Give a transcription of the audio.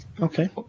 Okay